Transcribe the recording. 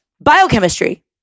biochemistry